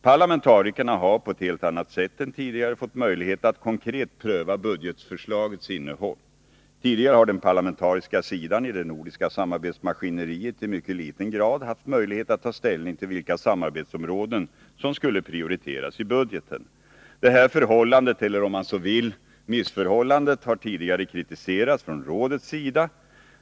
Parlamentarikerna har på ett helt annat sätt än tidigare haft möjlighet att konkret pröva budgetförslagets innehåll. Tidigare har den parlamentariska sidan i det nordiska samarbetsmaskineriet i mycket liten grad haft möjlighet att ta ställning till vilka samarbetsområden som skulle prioriteras i budgeten. Detta förhållande, eller om man så vill missförhållande, har tidigare kritiserats från rådets sida.